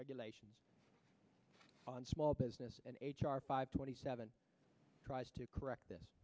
regulations on small business and h r five twenty seven tries to correct this